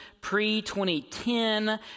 pre-2010